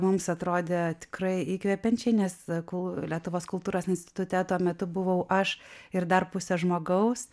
mums atrodė tikrai įkvepiančiai nes kol lietuvos kultūros institute tuo metu buvau aš ir dar pusė žmogaus